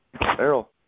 Errol